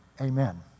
Amen